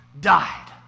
died